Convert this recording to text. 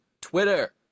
Twitter